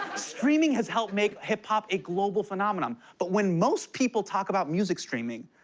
streaming has helped make hip-hop a global phenomenon. but when most people talk about music streaming,